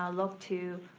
ah look to